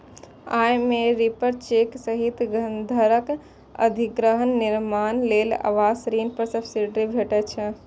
अय मे रीपरचेज सहित घरक अधिग्रहण, निर्माण लेल आवास ऋण पर सब्सिडी भेटै छै